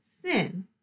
sin